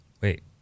Wait